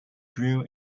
grew